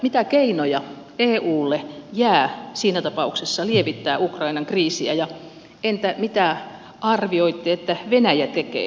mitä keinoja eulle jää siinä tapauksessa lievittää ukrainan kriisiä ja entä mitä arvioitte että venäjä tekee